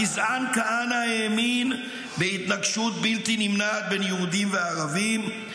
הגזען כהנא האמין בהתנגשות בלתי נמנעת בין יהודים וערבים,